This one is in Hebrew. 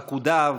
פקודיו,